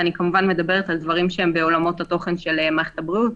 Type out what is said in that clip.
ואני כמובן מדברת על דברים שהם בעולמות התוכן של מערכת הבריאות.